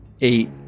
Eight